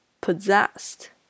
possessed